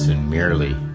merely